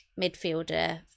midfielder